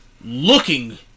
looking